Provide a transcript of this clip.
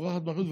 בורחת מאחריות,